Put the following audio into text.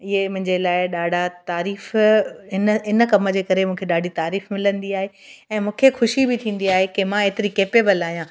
ईअं मुंहिंजे लाइ ॾाढा तारीफ़ इन इन कम जे करे मूंखे ॾाढी तारीफ़ मिलंदी आहे ऐं मूंखे ख़ुशी बि थींदी आहे की मां एतिरी कैपेबल आहियां